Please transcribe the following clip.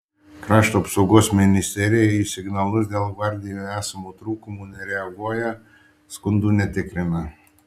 krašto apsaugos ministerija į signalus dėl gvardijoje esamų trūkumų nereaguoja skundų netikrina